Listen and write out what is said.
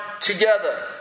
together